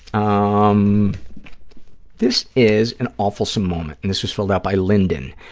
um this is an awfulsome moment, and this was filled out by linden.